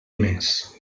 més